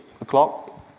o'clock